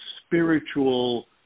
spiritual